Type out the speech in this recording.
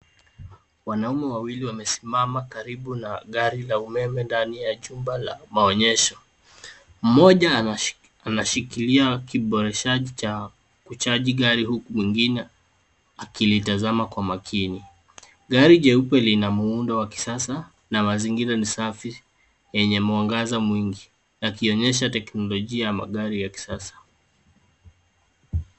Wanaume wawili wamesimama karibu na gari la umeme ndani ya jumba la maonyesho. Mmoja anashikilia kiboreshaji cha kuchaji gari huku wengine akilitazama kwa makini. Gari jeupe lina muundo wa kisasa na mazingira ni safi yenye mwangaza mwingi yakionyesha teknolojia ya magari ya kisasa.